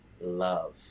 love